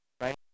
right